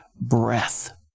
breath